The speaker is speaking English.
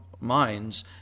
minds